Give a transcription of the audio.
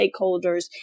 stakeholders